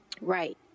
Right